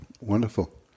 Wonderful